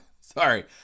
Sorry